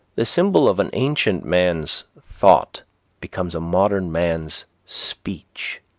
the symbol of an ancient man's thought becomes a modern man's speech.